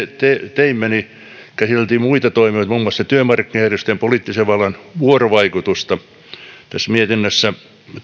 teimme käsiteltiin myöskin muita toimijoita muun muassa työmarkkinajärjestöjen ja poliittisen vallan vuorovaikutusta tässä mietinnössä